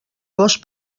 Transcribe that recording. gos